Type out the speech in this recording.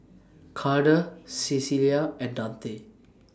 Karter Cecelia and Dante